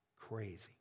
crazy